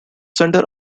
center